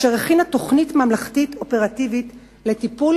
אשר הכינה תוכנית ממלכתית אופרטיבית לטיפול